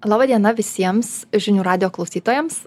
laba diena visiems žinių radijo klausytojams